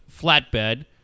flatbed